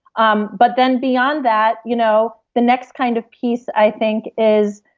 um but then beyond that, you know the next kind of piece i think is,